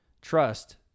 trust